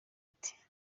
ati